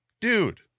Dude